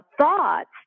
thoughts